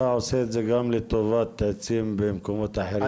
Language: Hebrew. עושה את זה גם לטובת עצים במקומות אחרים?